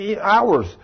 hours